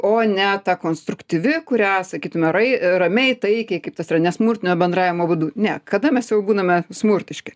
o ne ta konstruktyvi kurią sakytume rai ramiai taikiai kaip tas jis yra nesmurtinio bendravimo būdu ne kada mes jau būname smurtiški